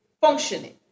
functioning